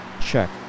Check